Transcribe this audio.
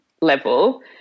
level